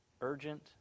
urgent